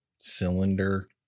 cylinder